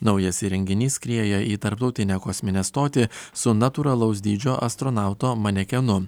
naujas įrenginys skrieja į tarptautinę kosminę stotį su natūralaus dydžio astronauto manekenu